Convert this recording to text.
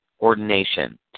ordination